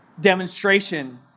demonstration